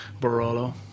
barolo